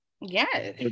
Yes